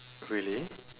really